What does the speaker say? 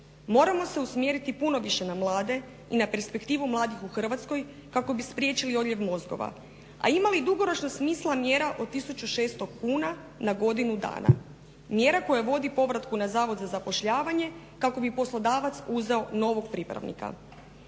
Moramo se usmjeriti puno više na mlade i na perspektivu mladih u Hrvatskoj kako bi spriječili odljev mozgova. A ima li dugoročno smisla mjera od 1600 kuna na godinu dana? Mjera koja vodi povratku na Zavod za zapošljavanje kako bi poslodavac uzeo novog pripravnika.